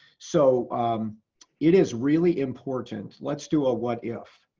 so it is really important. let's do a, what if.